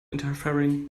interfering